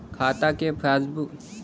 खाता के पासबुक कितना दिन में मिलेला?